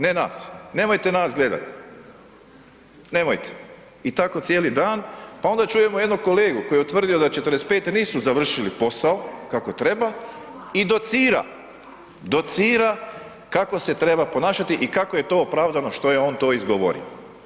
Ne nas, nemojte nas gledati, nemojte, i tako cijeli dan pa onda čujemo jednog kolegu koji je utvrdio da '45. nisu završili posao kako treba i docira, docira kako se treba ponašati i kako je to opravdano što je on to izgovorio.